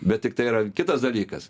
bet tiktai yra kitas dalykas